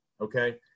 Okay